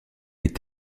est